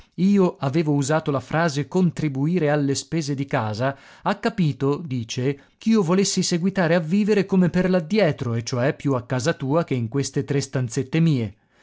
io avevo usato la frase contribuire alle spese di casa ha capito dice ch'io volessi seguitare a vivere come per l'addietro e cioè più a casa tua che in queste tre stanzette mie